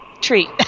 treat